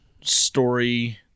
story